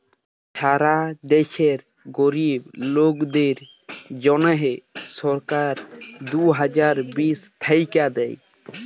ছারা দ্যাশে গরীব লোকদের জ্যনহে সরকার দু হাজার বিশ থ্যাইকে দেই